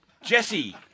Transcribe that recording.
Jesse